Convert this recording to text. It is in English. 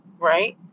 right